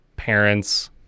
Parents